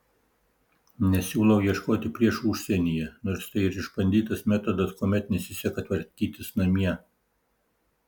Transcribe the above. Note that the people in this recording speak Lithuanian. nesiūlau ieškoti priešų užsienyje nors tai ir išbandytas metodas kuomet nesiseka tvarkytis namie